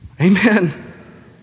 Amen